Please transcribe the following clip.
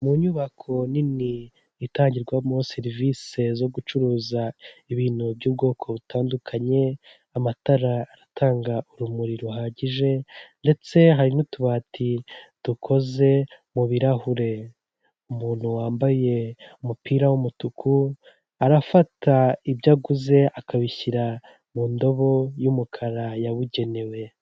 Mu nyubako nini itangirwamo serivisi zo gucuruza ibintu by'ubwoko butandukanye, amatara atanga urumuri ruhagije ndetse hari n'utubati dukoze mu birahure, umuntu wambaye umupira w'umutuku arafata ibyo aguze akabishyira mu ndobo y'umukara yabugenewe.